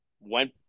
went